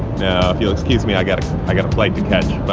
now, if you'll excuse me, i gotta i gotta flight to catch,